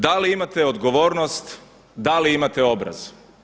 Da li imate odgovornost, da li imate obraz?